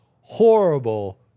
horrible